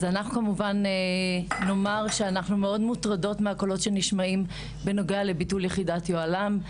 אנחנו מאוד מוטרדות מהקולות שנשמעים בנוגע לביטול יחידת יוהל"ם,